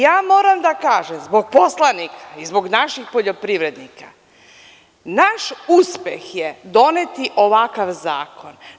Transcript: Ja moram da kažem zbog poslanika i zbog naših poljoprivrednika, naš uspeh je doneti ovakav zakon.